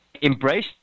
embrace